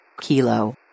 kilo